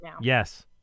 yes